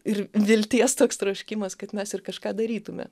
ir vilties toks troškimas kad mes ir kažką darytume